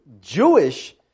Jewish